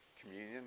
communion